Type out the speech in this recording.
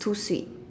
too sweet